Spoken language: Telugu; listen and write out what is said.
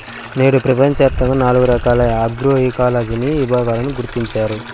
నేడు ప్రపంచవ్యాప్తంగా నాలుగు రకాల ఆగ్రోఇకాలజీని విభాగాలను గుర్తించారు